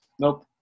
Nope